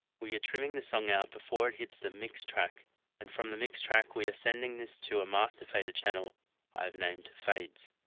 we are trimming the song out before it hits the mix track and from the mix track we are sending to this to a master fader channel i have named fades.